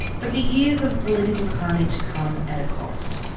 but the years of political carnage come at a cost.